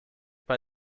bei